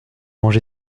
mangé